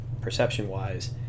perception-wise